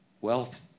wealth